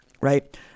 right